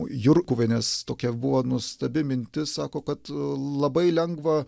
jurkuvienės tokia buvo nuostabi mintis sako kad labai lengva